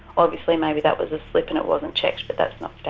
obviously maybe that was a slip and it wasn't checked but that's not